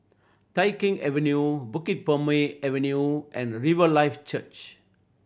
Tai Keng Avenue Bukit Purmei Avenue and Riverlife Church